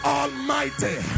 almighty